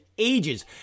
ages